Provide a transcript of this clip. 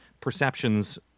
perceptions